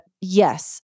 yes